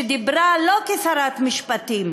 שדיברה לא כשרת משפטים